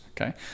okay